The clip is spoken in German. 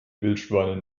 wildschweine